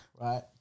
right